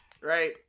Right